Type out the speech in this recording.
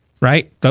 right